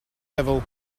level